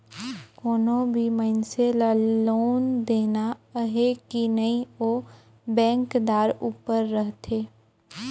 कोनो भी मइनसे ल लोन देना अहे कि नई ओ बेंकदार उपर रहथे